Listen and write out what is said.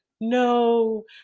no